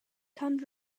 comes